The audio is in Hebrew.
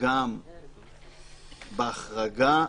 גם בהחרגה,